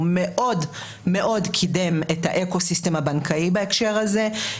קידם מאוד את האקו-סיסטם הבנקאי בהקשר הזה.